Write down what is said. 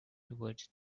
towards